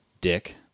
dick